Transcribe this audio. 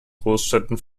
großstädten